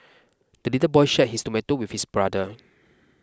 the little boy shared his tomato with his brother